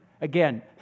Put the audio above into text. Again